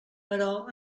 però